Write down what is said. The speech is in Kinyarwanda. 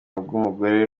bw’umugore